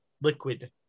liquid